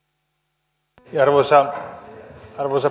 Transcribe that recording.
arvoisa puhemies